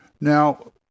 Now